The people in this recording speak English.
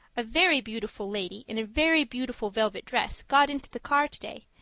a very beautiful lady in a very beautiful velvet dress got into the car today,